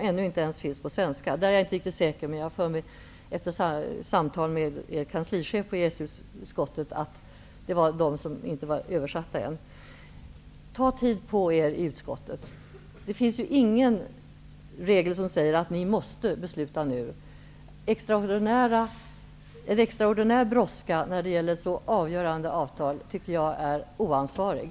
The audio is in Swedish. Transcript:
Enligt kanslichefen i EES-utskottet är det sådana bestämmelser som inte är översatta ännu. Ta tid på er i utskottet! Det finns ingen regel som säger att ni måste besluta nu. Extraordinär brådska när det gäller så avgörande avtal är oansvarig.